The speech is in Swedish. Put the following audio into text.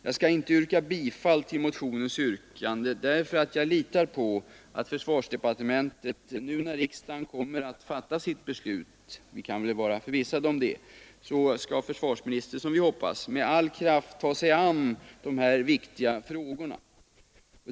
Jag skall inte yrka bifall till motionen, eftersom jag litar på att försvarsdepartementet, nu när riksdagen har fattat sitt beslut — vi kan väl vara förvissade om det — med all kraft tar sig an dessa synnerligen viktiga frågor.